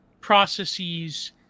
processes